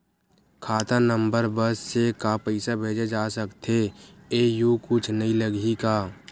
खाता नंबर बस से का पईसा भेजे जा सकथे एयू कुछ नई लगही का?